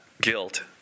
guilt